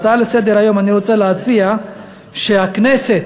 אני רוצה להציע הצעה לסדר-היום שהכנסת,